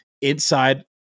inside